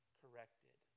corrected